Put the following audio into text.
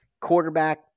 Quarterback